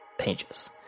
pages